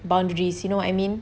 boundaries you know what I mean